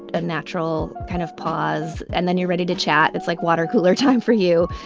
a natural kind of pause and then you're ready to chat. it's like watercooler time for you.